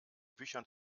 büchern